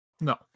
No